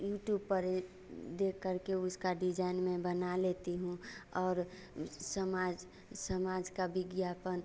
YouTube पर देख करके उसका डिज़ाइन मैं बना लेती हूँ और समाज समाज का विज्ञापन